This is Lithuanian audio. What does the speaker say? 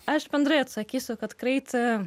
aš bendrai atsakysiu kad kraitį